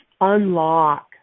unlock